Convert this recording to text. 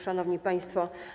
Szanowni Państwo!